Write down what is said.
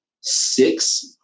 six